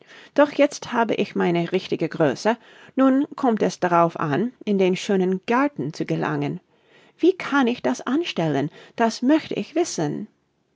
doch jetzt habe ich meine richtige größe nun kommt es darauf an in den schönen garten zu gelangen wie kann ich das anstellen das möchte ich wissen